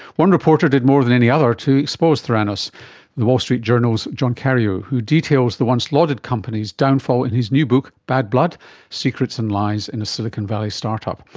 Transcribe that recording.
one reporter did more than any other to expose theranos the wall street journal's john carreyrou, who details the once-lauded company's downfall in his new book, bad blood secrets and lies in a silicon valley startup.